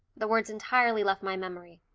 the words entirely left my memory.